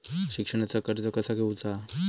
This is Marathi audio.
शिक्षणाचा कर्ज कसा घेऊचा हा?